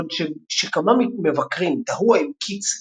בעוד שכמה מבקרים תהו האם קיטס,